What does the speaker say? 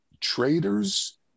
traders